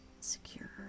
Secure